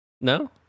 No